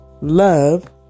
love